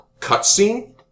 cutscene